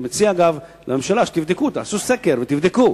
אני מציע לממשלה שתבדקו, תעשו סקר ותבדקו